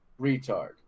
retard